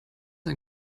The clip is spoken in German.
ein